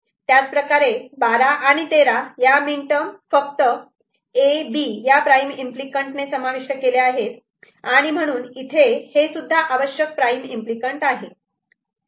त्याच प्रकारे 12 आणि 13 या मीन टर्म फक्त A B या प्राईम इम्पली कँट ने समाविष्ट केल्या आहेत आणि म्हणून इथे हे सुद्धा आवश्यक प्राईम इम्पली कँट आहे